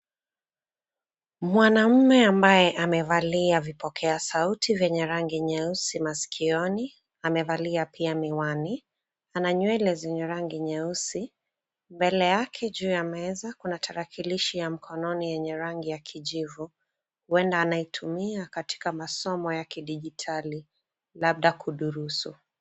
Mwanaume ambaye amevalia vipokea sauti venye rangi nyeusi maskioni amevalia pia miwani. Ana nywele zenye rangi nyeusi. Mbele yake juu ya meza kuna tarakilishi ya mkononi yenye rangi ya kijivu huenda anaitumia katika masomo ya kidijitali labda kudurusu.